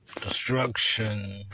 destruction